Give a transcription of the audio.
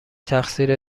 تقصیر